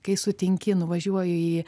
kai sutinki nuvažiuoju į